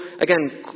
again